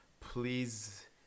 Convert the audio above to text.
please